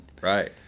Right